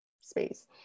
space